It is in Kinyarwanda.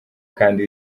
kandi